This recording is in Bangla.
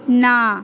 না